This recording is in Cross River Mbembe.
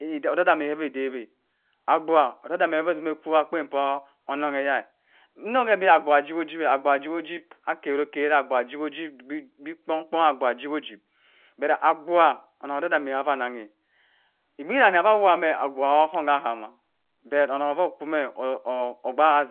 Odam-danni ka fa odawa abgubha odam-odami kafa sima kp akpen ohama, mo ke bi abgubha ojiwi oji, akar akara abgubha ajiwi oji, be kpon-kpon abgubha ajiwi oji, dut odan-danni annan ka, obgh dani afu awowa me k'ohhom abgubha kafa ahama but onnon ovo oko mẹ obak